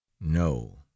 No